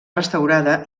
restaurada